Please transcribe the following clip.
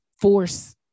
force